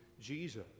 Jesus